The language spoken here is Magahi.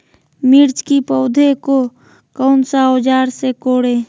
मिर्च की पौधे को कौन सा औजार से कोरे?